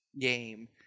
game